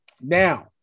Now